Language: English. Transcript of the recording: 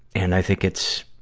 and i think it's,